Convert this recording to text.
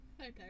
Okay